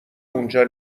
اونجا